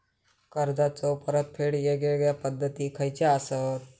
कर्जाचो परतफेड येगयेगल्या पद्धती खयच्या असात?